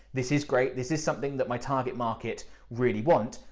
this is great, this is something that my target market really want,